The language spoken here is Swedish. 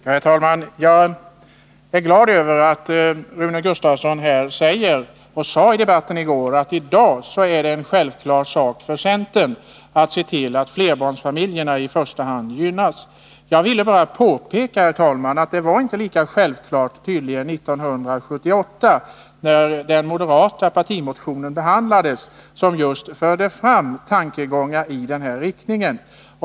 Herr talman! Jag är glad över att Rune Gustavsson här säger, och sade i debatten i går, att det nu är en självklar sak för centern att se till att i första hand flerbarnsfamiljerna gynnas. Jag ville bara påpeka, herr talman, att detta tydligen inte var lika självklart 1978, då den moderata partimotion behandlades som just förde fram tankegångar i den här riktningen.